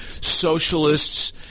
socialists